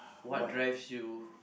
what drives you